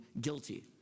guilty